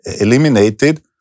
eliminated